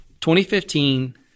2015